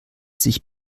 sich